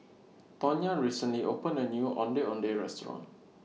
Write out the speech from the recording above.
Tonya recently opened A New Ondeh Ondeh Restaurant